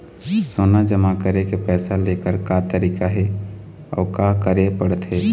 सोना जमा करके पैसा लेकर का तरीका हे अउ का करे पड़थे?